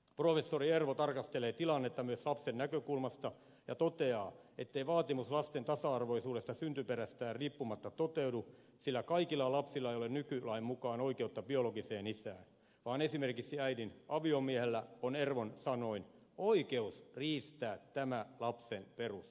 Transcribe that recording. professori ervo tarkastelee tilannetta myös lapsen näkökulmasta ja toteaa ettei vaatimus lasten tasa arvoisuudesta syntyperästään riippumatta toteudu sillä kaikilla lapsilla ei ole nykylain mukaan oikeutta biologiseen isään vaan esimerkiksi äidin aviomiehellä on ervon sanoin oikeus riistää tämä lapsen perusoikeus